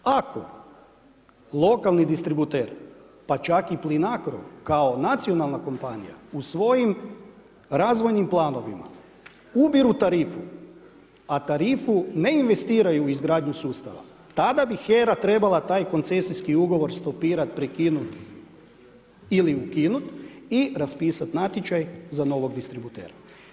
Ako lokalni distributer pa čak i PLINACRO kao nacionalna kompanija u svojim razvojnim planovima ubiru tarifu, a tarifu ne investiraju u izgradnju sustava, tada bi HERA trebala taj koncesijski ugovor stopirat, prekinut ili ukinut i raspisat natječaj za novog distributera.